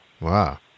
Wow